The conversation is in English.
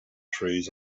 trees